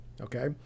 Okay